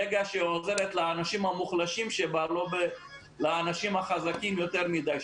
ברגע שהיא עוזרת לאנשים המוחלשים שבה ולא לאנשים החזקים שבה.